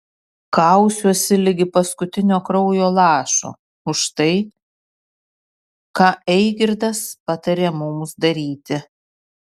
kausiuosi ligi paskutinio kraujo lašo už tai ką eigirdas patarė mums daryti